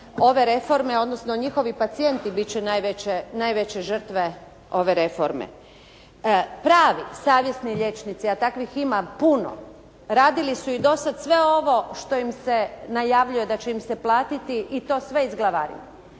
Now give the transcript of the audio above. ove reforme, odnosno njihovi pacijenti biti će najveće žrtve ove reforme. Pravi savjesni liječnici a takvih ima puno, radili su i do sada sve ovo što im se najavljuje da će im se platiti i to sve iz glavarina.